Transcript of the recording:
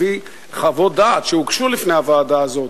הביא חוות דעת שהוגשו לפני הוועדה הזאת.